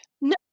no